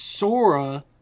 Sora